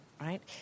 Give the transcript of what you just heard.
right